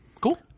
cool